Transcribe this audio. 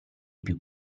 più